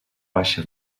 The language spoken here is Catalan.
baixa